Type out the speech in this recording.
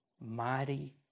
mighty